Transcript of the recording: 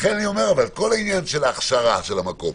אבל כל העניין של ההכשרה של המקום,